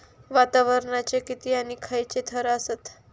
वातावरणाचे किती आणि खैयचे थर आसत?